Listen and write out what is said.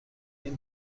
این